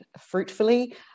fruitfully